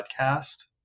podcast